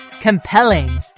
Compelling